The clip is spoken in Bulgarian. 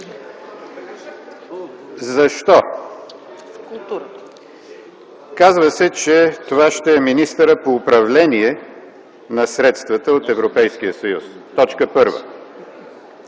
Защо? Казва се, че това ще е министърът по управление на средствата от Европейския съюз – т.